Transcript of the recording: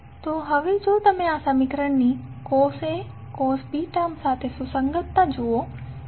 તો હવે જો તમે આ સમીકરણની cos A cos B term સાથે સુસંગતતા જુઓ